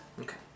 Okay